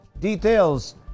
Details